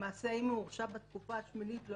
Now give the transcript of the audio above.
למעשה אם הוא הורשע בשנה השמינית לא